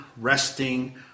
resting